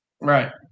Right